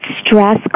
Stress